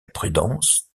prudence